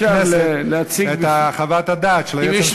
הכנסת את חוות הדעת של היועץ המשפטי של הכנסת.